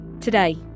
Today